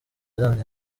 aryamye